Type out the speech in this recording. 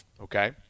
okay